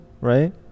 right